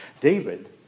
David